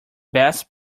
best